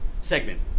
segment